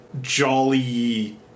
jolly